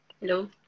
Hello